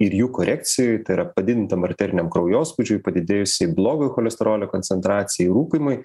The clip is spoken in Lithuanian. ir jų korekcijoj tai yra padidintam arteriniam kraujospūdžiui padidėjusiai blogoj cholesterolio koncentracijai rūkymui